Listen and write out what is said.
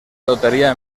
lotería